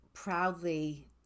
proudly